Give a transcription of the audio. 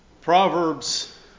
Proverbs